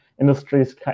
industries